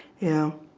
yeah,